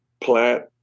Platt